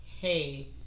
hey